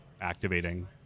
activating